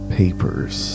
papers